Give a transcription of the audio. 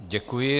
Děkuji.